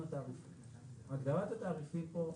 הגדרת התעריפים פה,